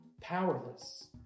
powerless